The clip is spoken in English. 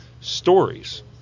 stories